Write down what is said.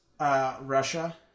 Russia